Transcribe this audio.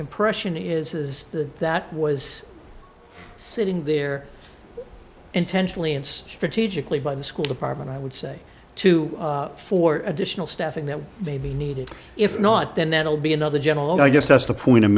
impression is that that was sitting there intentionally and strategically by the school department i would say to four additional staffing that may be needed if not then that will be another general i guess that's the point